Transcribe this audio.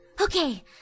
Okay